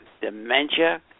dementia